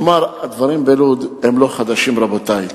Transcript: כלומר, הדברים בלוד הם לא חדשים, רבותי.